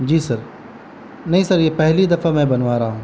جی sir نہیں sir یہ پہلی دفعہ میں بنوا رہا ہوں